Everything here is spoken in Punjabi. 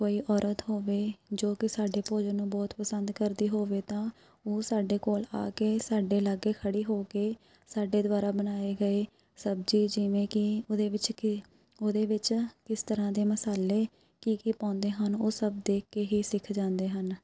ਕੋਈ ਔਰਤ ਹੋਵੇ ਜੋ ਕਿ ਸਾਡੇ ਭੋਜਨ ਨੂੰ ਬਹੁਤ ਪਸੰਦ ਕਰਦੀ ਹੋਵੇ ਤਾਂ ਉਹ ਸਾਡੇ ਕੋਲ ਆ ਕੇ ਸਾਡੇ ਲਾਗੇ ਖੜੀ ਹੋ ਕੇ ਸਾਡੇ ਦੁਆਰਾ ਬਣਾਏ ਗਏ ਸਬਜ਼ੀ ਜਿਵੇਂ ਕਿ ਉਹਦੇ ਵਿੱਚ ਕਿ ਉਹਦੇ ਵਿੱਚ ਕਿਸ ਤਰ੍ਹਾਂ ਦੇ ਮਸਾਲੇ ਕੀ ਕੀ ਪਾਉਂਦੇ ਹਨ ਉਹ ਸਭ ਦੇਖ ਕੇ ਹੀ ਸਿੱਖ ਜਾਂਦੇ ਹਨ